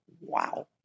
wow